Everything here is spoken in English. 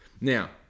Now